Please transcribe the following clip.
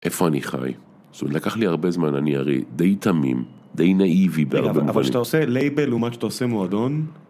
איפה אני חי? זאת אומרת, לקח לי הרבה זמן, אני הרי די תמים, די נאיבי בהרבה מובנים. רגע, אבל שאתה עושה לייבל לעומת שאתה עושה מועדון...